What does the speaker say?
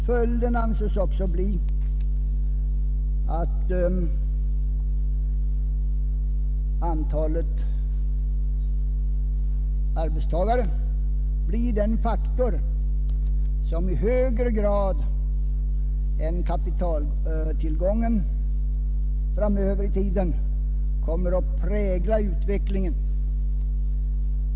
Följden anses vara att antalet arbetstagare blir den faktor som i högre grad än kapitaltillgången kommer att prägla utvecklingen i framtiden.